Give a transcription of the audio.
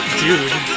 dude